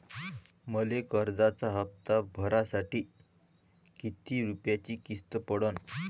मले कर्जाचा हप्ता भरासाठी किती रूपयाची किस्त पडन?